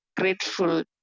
grateful